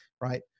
Right